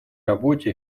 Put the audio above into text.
работе